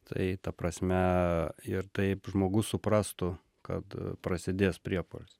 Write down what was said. tai ta prasme ir taip žmogus suprastų kad prasidės priepuolis